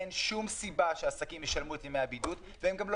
אין שום סיבה שעסקים ישלמו את ימי הבידוד והם גם לא